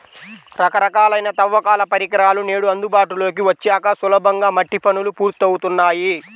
రకరకాలైన తవ్వకాల పరికరాలు నేడు అందుబాటులోకి వచ్చాక సులభంగా మట్టి పనులు పూర్తవుతున్నాయి